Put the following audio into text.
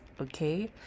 okay